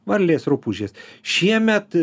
varlės rupūžės šiemet